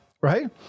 right